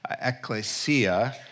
ecclesia